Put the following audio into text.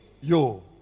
yo